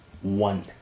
One